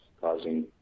causing